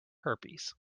herpes